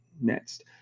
next